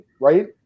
right